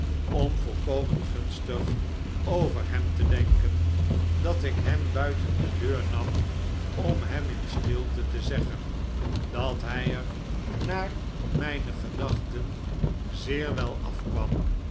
om volkomen gunstig over hem te denken dat ik hem buiten de deur nam om hem in stilte te zeggen dat hij er naar mijne gedachten zeer wel afkwam